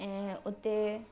ऐं उते